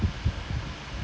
will be